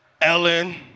Ellen